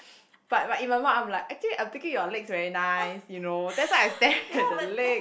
but but in my mind I'm like actually I'm thinking your legs very nice you know that's why I stare at the leg